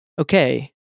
Okay